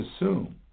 assume